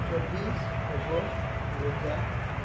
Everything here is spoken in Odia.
ଚବିଶି ଅଗଷ୍ଟ ଦୁଇ ହଜାର